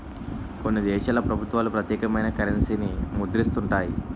కొన్ని దేశాల ప్రభుత్వాలు ప్రత్యేకమైన కరెన్సీని ముద్రిస్తుంటాయి